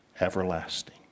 everlasting